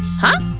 huh?